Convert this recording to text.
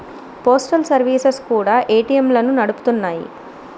postal services కూడా ఏటీఎంలను నడుపుతున్నాయి